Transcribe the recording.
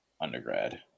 undergrad